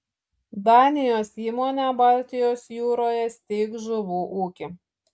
danijos įmonė baltijos jūroje steigs žuvų ūkį